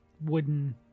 wooden